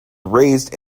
raised